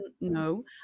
no